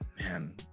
Man